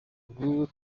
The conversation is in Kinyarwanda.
ubu